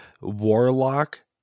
Warlock